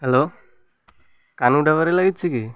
hello Kanu ଢାବାରେ ଲାଗିଛି କି